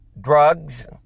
drugs